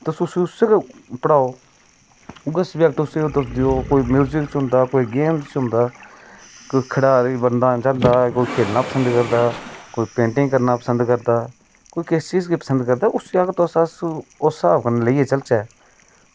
तुस उसी उस्सै च गै पढ़ाओ उ'ऐ सब्जैक्ट तुस उसी देओ म्यूजिक च होंदा कोई गेम च होंदा कोई खढ़री बनना चाहंदा कोई खेल्लना पसंद करदा कोई पेंटिंग करना पसंद करदा कोई किस चीज़ गी पसंद करदा उसी तुस आक्खो उस स्हाब कन्नै लेइयै चलचै